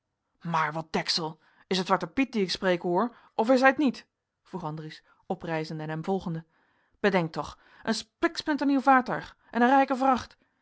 maar wat deksel is het zwarte piet dien ik spreken hoor of is hij t niet vroeg andries oprijzende en hem volgende bedenk toch een spiksplinternieuw vaartuig en een rijke vracht je